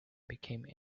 became